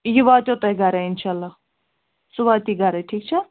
یہِ واتوٕ تُہۍ گرے اِنشااللہ سُہ واتی گَرے ٹھیٖک چھا